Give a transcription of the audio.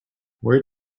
where